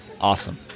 Awesome